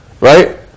Right